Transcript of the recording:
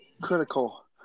critical